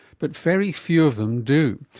but very few of them do.